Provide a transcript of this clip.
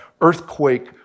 earthquake